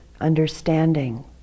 understanding